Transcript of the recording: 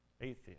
atheist